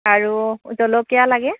আৰু জলকীয়া লাগে